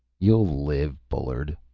you'll live, bullard.